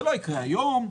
זה לא יקרה היום,